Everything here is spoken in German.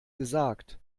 gesagt